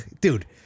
dude